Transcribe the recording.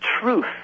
truth